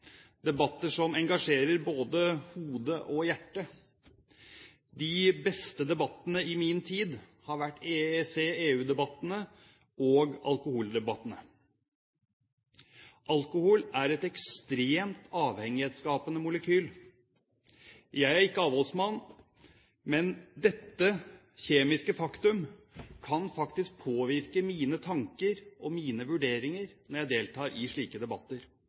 debatter igjen i Norge som engasjerer både hodet og hjertet. De beste debattene i min tid har vært EEC/EU-debattene og alkoholdebattene. Alkohol er et ekstremt avhengighetsskapende molekyl. Jeg er ikke avholdsmann, men dette kjemiske faktum kan faktisk påvirke mine tanker og mine vurderinger når jeg deltar i slike debatter.